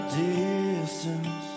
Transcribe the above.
distance